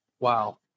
Wow